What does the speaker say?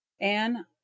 Anne